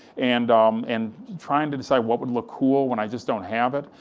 and um and trying to decide what would look cool, when i just don't have it,